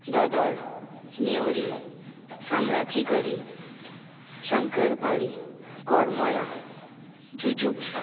धोदोळ नेवरी साम्राची कडी शंकर पाळी कोरमोळा जुजुब्स